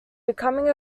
becoming